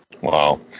Wow